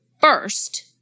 first